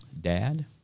dad